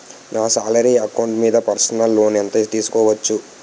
నా salary account మీద personal loan ఎంత తీసుకోవచ్చు?